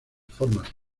formas